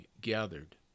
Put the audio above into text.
gathered